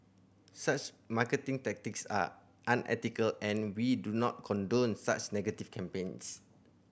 such marketing tactics are unethical and we do not condone such negative campaigns